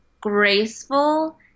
graceful